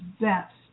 best